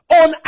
on